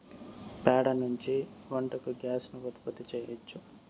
ప్యాడ నుంచి వంటకు గ్యాస్ ను ఉత్పత్తి చేయచ్చు